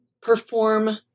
perform